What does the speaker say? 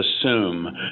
assume